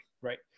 Right